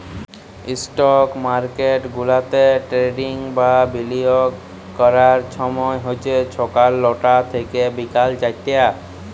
stock market গুলাতে trading বা বিলিয়গের ক্যরার ছময় হছে ছকাল লটা থ্যাইকে বিকাল চারটা